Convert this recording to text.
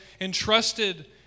entrusted